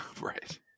right